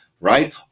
right